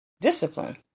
discipline